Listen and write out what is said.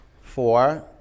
Four